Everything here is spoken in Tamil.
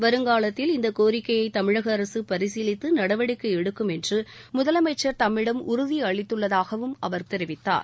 வருங்காலத்தில் இந்தக் கோரிக்கையை தமிழக அரசு பரிசீலித்து நடவடிக்கை எடுக்கும் என்று முதலமைச்சர் தம்மிடம் உறுதியளித்துள்ளதாகவும் அவர் தெரிவித்தார்